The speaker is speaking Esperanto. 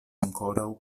ankoraŭ